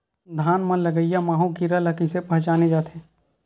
धान म लगईया माहु कीरा ल कइसे पहचाने जाथे?